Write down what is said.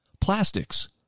plastics